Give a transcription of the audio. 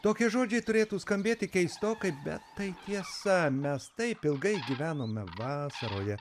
tokie žodžiai turėtų skambėti keistokai bet tai tiesa mes taip ilgai gyvenome vasaroje